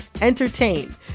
entertain